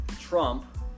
Trump